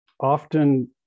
Often